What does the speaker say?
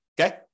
Okay